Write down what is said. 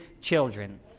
children